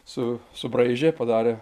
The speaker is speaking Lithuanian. su subraižė padarė